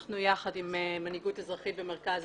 אנחנו יחד עם "מנהיגות אזרחית" ו"מרכז